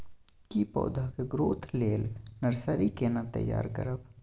की पौधा के ग्रोथ लेल नर्सरी केना तैयार करब?